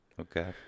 okay